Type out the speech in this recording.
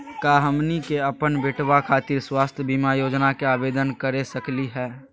का हमनी के अपन बेटवा खातिर स्वास्थ्य बीमा योजना के आवेदन करे सकली हे?